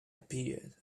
appeared